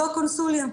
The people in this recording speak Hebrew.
זו הקונסוליה.